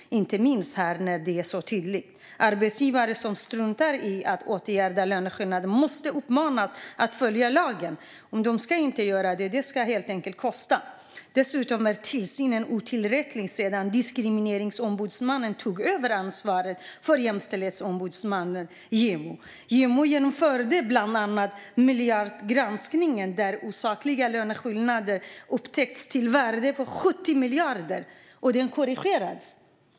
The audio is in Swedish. Arbetsgivare som struntar i att åtgärda löneskillnader måste uppmanas att följa lagen. Om de inte gör det ska det kosta. Tillsynen är otillräcklig sedan Diskrimineringsombudsmannen tog över ansvaret från Jämställdhetsombudsmannen. JämO genomförde bland annat Miljongranskningen, där osakliga löneskillnader på 70 miljarder upptäcktes och korrigerades.